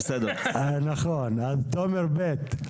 תומר ב',